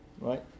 right